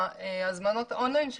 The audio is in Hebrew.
בהזמנות אונליין שלו,